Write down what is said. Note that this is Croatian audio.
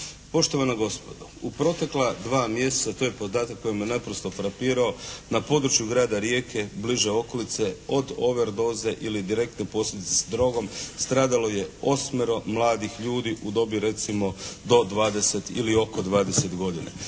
Poštovana gospodo, u protekla dva mjeseca, to je podatak koji me naprosto frapirao na području Grada Rijeke, bliže okolice od over doze ili direktne posljedice s drogom stradalo je osmero mladih ljudi u dobi recimo do 20 ili oko 20 godina.